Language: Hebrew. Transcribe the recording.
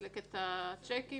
נכון שצריך להביא את החוק,